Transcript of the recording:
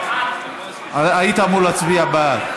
היית אמור להצביע בעד.